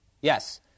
yes